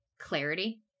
Clarity